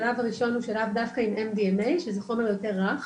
השלב הראשון הוא שלב דווקא עם MDMA שזה חומר יותר רך